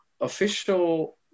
official